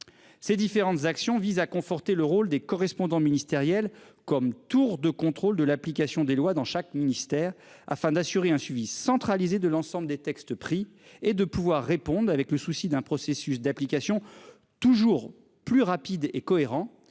Ces différentes actions visent à conforter le rôle des correspondants ministériel comme tour de contrôle de l'application des lois dans chaque ministère, afin d'assurer un suivi centralisé de l'ensemble des textes prix et de pouvoir répondre avec le souci d'un processus d'applications toujours plus rapide et cohérent